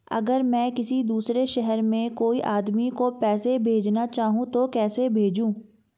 अगर मैं किसी दूसरे शहर में कोई आदमी को पैसे भेजना चाहूँ तो कैसे भेजूँ?